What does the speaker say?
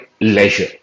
leisure